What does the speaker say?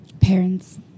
Parents